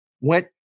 went